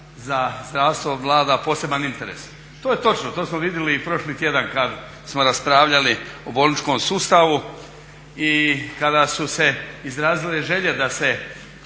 za zdravstvo vlada poseban interes. To je točno, to smo vidjeli i prošli tjedan kad smo raspravljali o bolničkom sustavu i kada su se izrazile želje da se